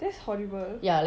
that's horrible